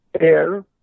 air